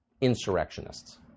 insurrectionists